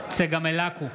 צגה מלקו,